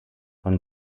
von